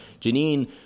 Janine